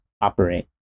operate